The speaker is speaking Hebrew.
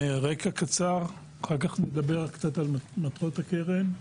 קצר, אחר כך נדבר על מטרות הקרן,